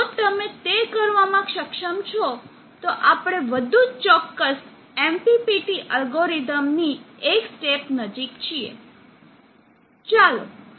જો તમે તે કરવામાં સક્ષમ છો તો આપણે વધુ ચોક્કસ MPPT અલ્ગોરિધમ ની એક સ્ટેપ નજીક છીએ